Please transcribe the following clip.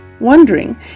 wondering